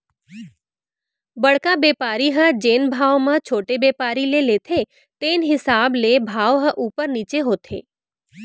बड़का बेपारी ह जेन भाव म छोटे बेपारी ले लेथे तेने हिसाब ले भाव ह उपर नीचे होथे